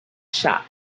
shop